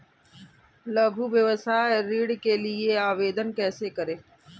लघु व्यवसाय ऋण के लिए आवेदन कैसे करें?